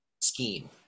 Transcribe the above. scheme